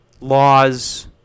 laws